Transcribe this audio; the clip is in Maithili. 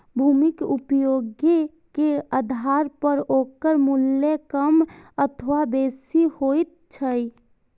भूमिक उपयोगे के आधार पर ओकर मूल्य कम अथवा बेसी होइत छैक